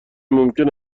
ممکن